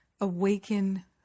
awaken